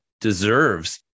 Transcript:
deserves